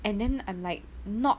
and then I'm like not